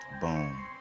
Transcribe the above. Boom